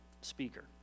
speaker